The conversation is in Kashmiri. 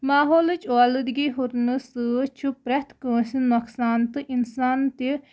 ماحولٕچ اولوٗدگی ہُرنہٕ سۭتۍ چھُ پرٛٮ۪تھ کٲنٛسہِ نۄقصان تہٕ اِنسان تہِ